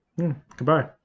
Goodbye